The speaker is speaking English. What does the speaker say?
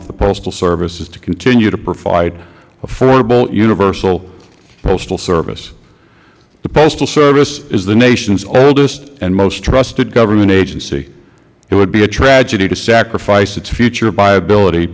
if the postal service is to continue to provide affordable universal postal service the postal service is the nation's oldest and most trusted government agency it would be a tragedy to sacrifice its future viability